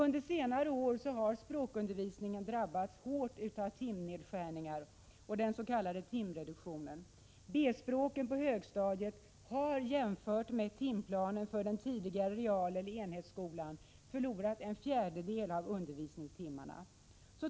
Under senare år har språkundervisningen drabbats hårt av timnedskärningar och den s.k. timreduktionen. B-språken på högstadiet har jämfört med timplanen för den tidigare realskolan eller enhetsskolan förlorat en fjärdedel av undervisningstimmarna.